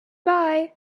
bye